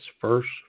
first